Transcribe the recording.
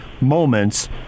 moments